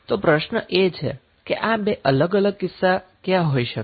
તો પ્રશ્ન એ છે કે આ બે અલગ અલગ કિસ્સા ક્યાં હોઈ શકે